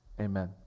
amen